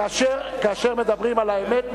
כאשר מדברים על האמת,